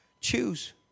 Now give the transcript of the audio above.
Choose